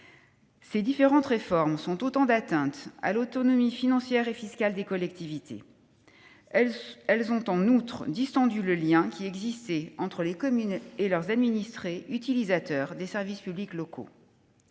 Ces différentes réformes sont autant d'atteintes à l'autonomie financière et fiscale des collectivités. Elles ont en outre distendu le lien qui existait entre les communes et leurs administrés, utilisateurs des services publics locaux.